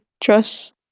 Trust